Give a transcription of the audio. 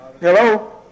Hello